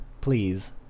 please